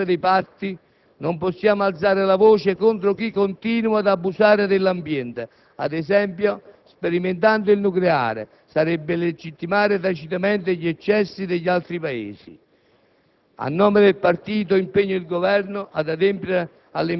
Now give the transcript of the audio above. Se non rispettiamo operativamente le disposizioni limitative dei patti, non possiamo alzare la voce contro chi continua ad abusare dell'ambiente, ad esempio sperimentando il nucleare: sarebbe legittimare tacitamente gli eccessi degli altri Paesi.